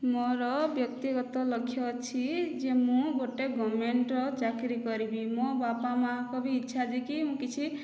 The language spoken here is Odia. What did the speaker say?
ମୋର ବ୍ୟକ୍ତିଗତ ଲକ୍ଷ୍ୟ ଅଛି ଯେ ମୁଁ ଗୋଟିଏ ଗଭର୍ନମେଣ୍ଟର ଚାକିରି କରିବି ମୋ ବାପା ମାଆଙ୍କ ବି ଇଚ୍ଛା ଯେ କି ମୁଁ କିଛି